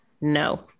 No